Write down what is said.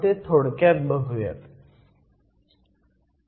आपण ते थोडक्यात बघुयात